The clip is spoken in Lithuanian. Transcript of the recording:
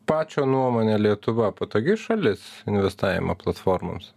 pačio nuomone lietuva patogi šalis investavimo platformoms